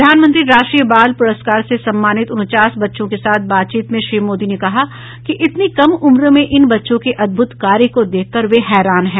प्रधानमंत्री राष्ट्रीय बाल पुरस्कार से सम्मानित उनचास बच्चों के साथ बातचीत में श्री मोदी ने कहा कि इतनी कम उम्र में इन बच्चों के अदभुत कार्य को देखकर वे हैरान हैं